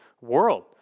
world